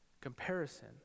comparison